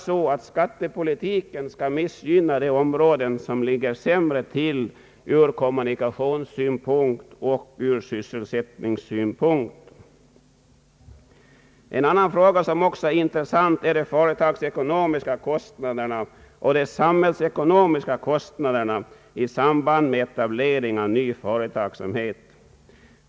Skattepolitiken får inte missgynna de områden som ligger sämre till ur En annan fråga, som också är intressant är de företagsekonomiska och samhällsekonomiska kostnaderna i samband med etablering av ny företagsamhet.